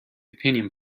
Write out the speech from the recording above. opinion